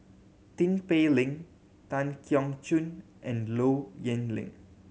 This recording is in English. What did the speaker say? Tin Pei Ling Tan Keong Choon and Low Yen Ling